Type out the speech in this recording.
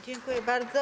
Dziękuję bardzo.